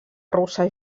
russa